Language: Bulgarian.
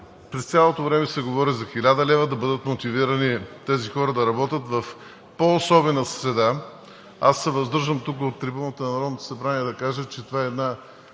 През цялото време се говори за 1000 лв. – да бъдат мотивирани тези хора да работят в по-особена среда. Аз се въздържам тук от трибуната на Народното събрание да кажа, че това е една